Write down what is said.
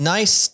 Nice